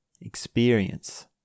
experience